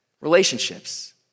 relationships